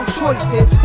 choices